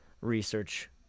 research